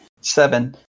Seven